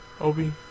Obi